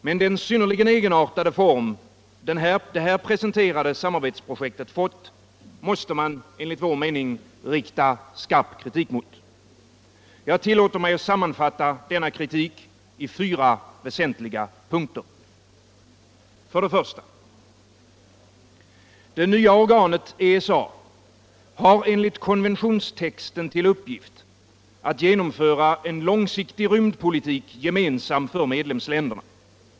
Men den synnerligen egenartade form det här presenterade samarbetsprojektet fått måste man enligt vår mening rikta skarp kritik emot. Jag tillåter mig att sammanfatta denna kritik i fyra väsentliga punkter. 1. Det nya organet ESA har enligt konventionstexten till uppgift att genomföra en långsiktig rymdpolitik gemensam för medlemsländerna.